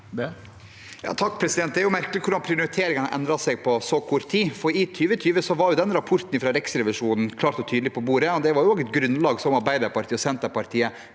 (H) Det er merkelig hvordan prioriteringene har endret seg på så kort tid, for i 2020 var den rapporten fra Riksrevisjonen klart og tydelig på bordet, og det var også et grunnlag som Arbeiderpartiet og Senterpartiet